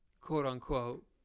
quote-unquote